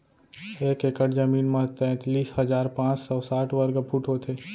एक एकड़ जमीन मा तैतलीस हजार पाँच सौ साठ वर्ग फुट होथे